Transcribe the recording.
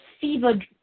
fever